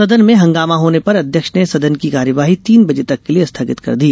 सदन में हंगामा होने पर अध्यक्ष ने सदन की कार्यवाही तीन बजे तक के लिए स्थगित कर दी